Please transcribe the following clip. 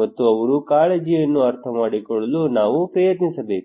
ಮತ್ತು ಅವರ ಕಾಳಜಿಯನ್ನು ಅರ್ಥಮಾಡಿಕೊಳ್ಳಲು ನಾವು ಪ್ರಯತ್ನಿಸಬೇಕು